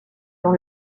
dans